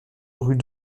rue